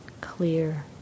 clear